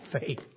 faith